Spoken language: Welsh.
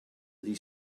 ydy